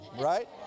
right